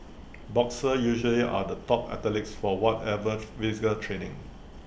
boxers usually are the top athletes for whatever physical training